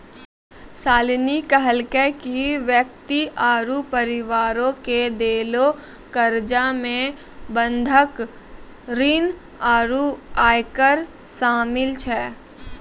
शालिनी कहलकै कि व्यक्ति आरु परिवारो के देलो कर्जा मे बंधक ऋण आरु आयकर शामिल छै